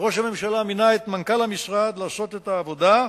וראש הממשלה מינה את מנכ"ל המשרד לעשות את העבודה.